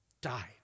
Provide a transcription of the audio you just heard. died